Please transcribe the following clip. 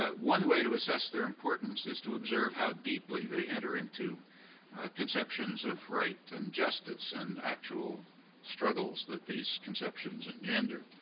ah one way to assess their importance is to observe how deeply they enter into conceptions of right and justice and actual struggles that these conceptions engendered.